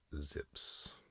zips